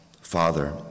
Father